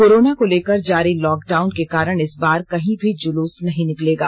corona को लेकर जारी लॉकडाउन के कारण इस बार कहीं भी जूलुस नहीं निकलेगा